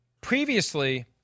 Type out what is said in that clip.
previously